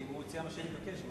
כי הוא הציע מה שאני מבקש.